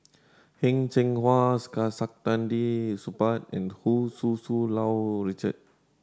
Heng Cheng Hwa Saktiandi Supaat and Hu Tsu Tau Richard